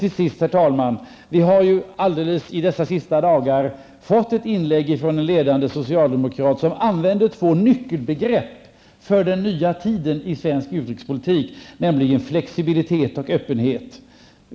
Till sist vill jag säga följande. I dessa dagar har vi tagit del av ett inlägg från en ledande socialdemokrat. Två nyckelbegrepp används här för den nya tiden i fråga om svensk utrikespolitik -- nämligen begreppen flexibilitet och öppenhet.